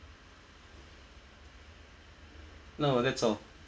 no that's all